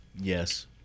Yes